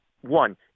one